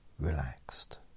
relaxed